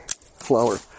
flower